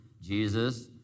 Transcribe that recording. Jesus